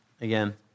again